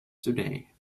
today